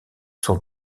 sont